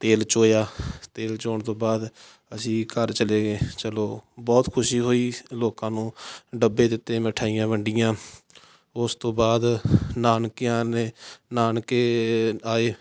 ਤੇਲ ਚੋਇਆ ਤੇਲ ਚੋਣ ਤੋਂ ਬਾਅਦ ਅਸੀਂ ਘਰ ਚਲੇ ਗਏ ਚਲੋ ਬਹੁਤ ਖੁਸ਼ੀ ਹੋਈ ਲੋਕਾਂ ਨੂੰ ਡੱਬੇ ਦਿੱਤੇ ਮਿਠਾਈਆਂ ਵੰਡੀਆਂ ਉਸ ਤੋਂ ਬਾਅਦ ਨਾਨਕਿਆਂ ਨੇ ਨਾਨਕੇ ਆਏ